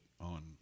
on